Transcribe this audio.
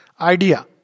Idea